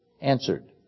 answered